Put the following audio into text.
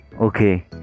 okay